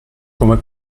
come